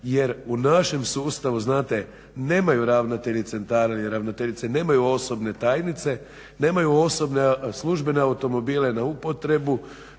jer u našem sustavu znate nemaju ravnatelji centara ili ravnateljice nemaju osobne tajnice nemaju službene automobile na upotrebu,